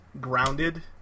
grounded